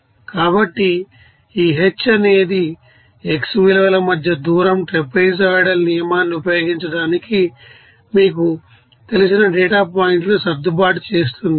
కాబట్టి ఈ h అనేది x విలువల మధ్య దూరం ట్రాపెజోయిడల్ నియమాన్ని ఉపయోగించటానికి మీకు తెలిసిన డేటా పాయింట్లను సర్దుబాటు చేస్తుంది